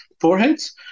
foreheads